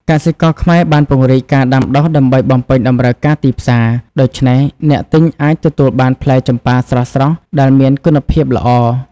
កសិករខ្មែរបានពង្រីកការដាំដុះដើម្បីបំពេញតម្រូវការទីផ្សារ ដូច្នេះអ្នកទិញអាចទទួលបានផ្លែចម្ប៉ាស្រស់ៗដែលមានគុណភាពល្អ។